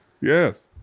yes